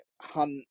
hunt